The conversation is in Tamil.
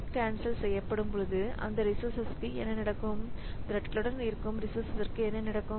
த்ரெட் கேன்சல் செய்யப்படும்போது அந்த ரிசோர்சஸ்க்கு என்ன நடக்கும் த்ரெட்களுடன் இருக்கும் ரிசோர்சஸ்க்கு என்ன நடக்கும்